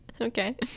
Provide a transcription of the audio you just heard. Okay